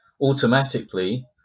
automatically